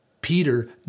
Peter